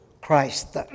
Christ